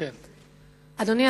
אדוני,